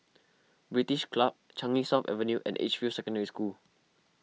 British Club Changi South Avenue and Edgefield Secondary School